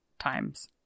times